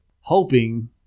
hoping